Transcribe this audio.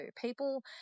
People